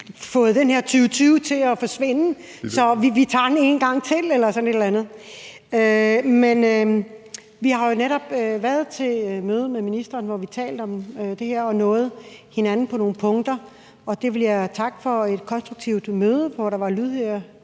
fået 2020 til at forsvinde, så vi tager den en gang til eller sådan et eller andet. Men vi har jo netop været til møde med ministeren, hvor vi talte om det her og nåede hinanden på nogle punkter, og det vil jeg takke for. Det var et konstruktivt møde, hvor der var lydhørhed